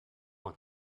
want